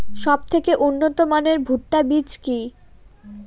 সবথেকে উন্নত মানের ভুট্টা বীজ কি?